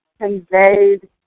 conveyed